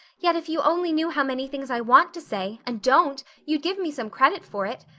yet if you only knew how many things i want to say and don't, you'd give me some credit for it.